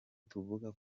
tuvuga